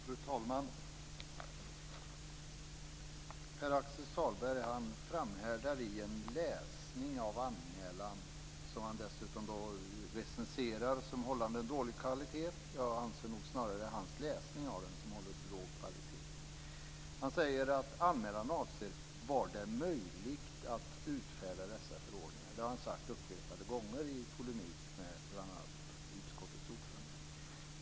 Fru talman! Pär-Axel Sahlberg framhärdar i sin läsning av en anmälan som han dessutom recenserar som vara av dålig kvalitet. Jag anser nog att det snarare är hans läsning av denna anmälan som håller låg kvalitet. Han säger att anmälan avser om det var möjligt att utfärda dessa förordningar. Det har han sagt upprepade gånger bl.a. i polemik med utskottets ordförande.